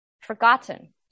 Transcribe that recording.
forgotten